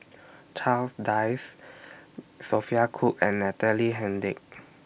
Charles Dyce Sophia Cooke and Natalie Hennedige